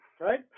right